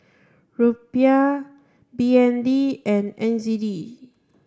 Rupiah B N D and N Z D